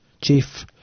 chief